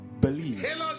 believe